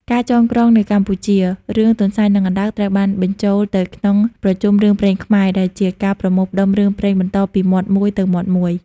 ការចងក្រងនៅកម្ពុជា រឿង ទន្សាយ និងអណ្ដើក ត្រូវបានបញ្ចូលទៅក្នុង ប្រជុំរឿងព្រេងខ្មែរ ដែលជាការប្រមូលផ្ដុំរឿងព្រេងបន្តពីមាត់មួយទៅមាត់មួយ។